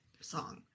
song